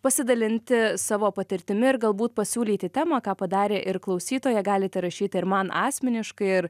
pasidalinti savo patirtimi ir galbūt pasiūlyti temą ką padarė ir klausytoja galite rašyti ir man asmeniškai ir